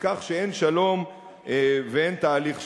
בכך שאין שלום ואין תהליך שלום.